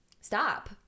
stop